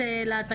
לא.